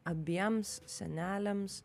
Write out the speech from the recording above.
abiems seneliams